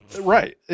Right